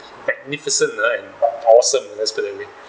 magnificent uh aw~ awesome let's put it that way